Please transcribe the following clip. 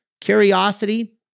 curiosity